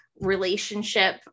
relationship